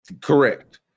Correct